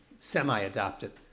semi-adopted